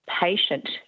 patient